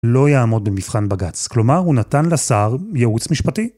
לא יעמוד במבחן בגץ, כלומר הוא נתן לשר ייעוץ משפטי?